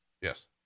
Yes